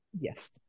Yes